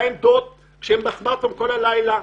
בעמדות, כשהם בסמרטפון כל הלילה.